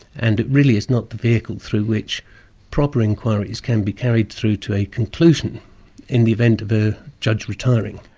and it really is not the vehicle through which proper inquiries can be carried through to a conclusion in the event of a judge retiring.